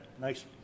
nice